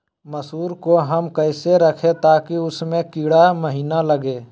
मसूर को हम कैसे रखे ताकि उसमे कीड़ा महिना लगे?